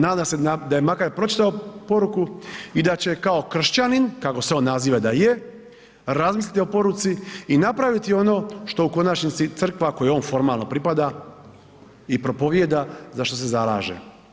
Nadam se da je makar pročitao poruku i da će kao kršćanin, kako se on naziva da je, razmisliti o poruci i napraviti ono što u konačnici crkva, a kojoj on formalno pripada i propovijeda zašto se zalaže.